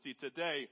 today